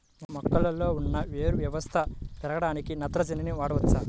మొక్కలో ఉన్న వేరు వ్యవస్థ పెరగడానికి నత్రజని వాడవచ్చా?